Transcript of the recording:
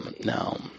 no